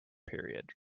period